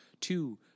two